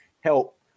help